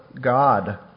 God